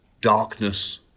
darkness